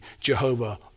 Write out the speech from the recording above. Jehovah